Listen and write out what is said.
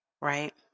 right